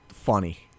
Funny